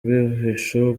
bwihisho